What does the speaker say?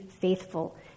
faithful